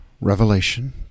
Revelation